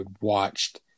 watched